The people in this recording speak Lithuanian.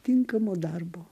tinkamo darou